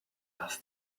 does